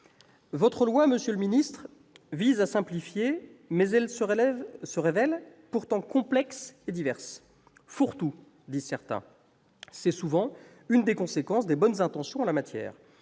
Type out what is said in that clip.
de loi, monsieur le secrétaire d'État, vise à simplifier, mais il se révèle pourtant complexe et divers- « fourre-tout », disent certains. C'est souvent l'une des conséquences des bonnes intentions en la matière